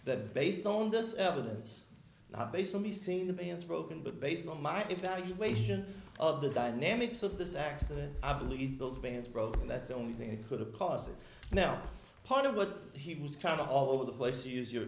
that based on this evidence based on the scene the man's broken but based on my evaluation of the dynamics of this accident i believe those bands broke and that's the only thing that could have caused it now part of what he was kind of all over the place use your